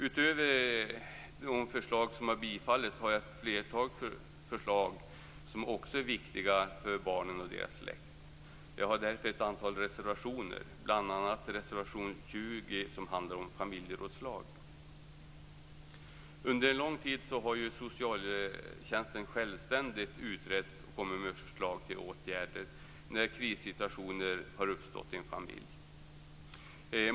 Utöver de förslag som har bifallits har jag ett flertal förslag som också är viktiga för barnen och deras släkt. Jag har därför ett antal reservationer, bl.a. Under lång tid har ju socialtjänsten självständigt utrett och kommit med förslag till åtgärder när krissituationer har uppstått i en familj.